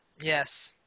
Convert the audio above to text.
yes